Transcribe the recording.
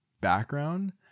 background